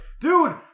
dude